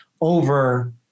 over